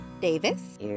Davis